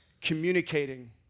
communicating